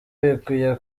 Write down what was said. bikwiye